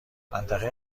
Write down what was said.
منطقه